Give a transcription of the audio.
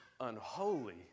unholy